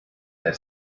had